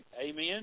Amen